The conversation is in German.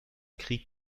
krieg